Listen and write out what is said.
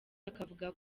akavuga